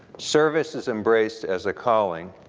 service is embraced as a calling